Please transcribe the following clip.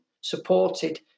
supported